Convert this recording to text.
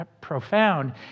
profound